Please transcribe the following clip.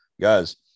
guys